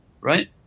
right